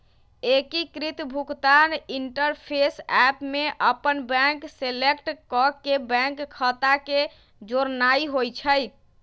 एकीकृत भुगतान interface app में अप्पन बैंक सेलेक्ट क के बैंक खता के जोड़नाइ होइ छइ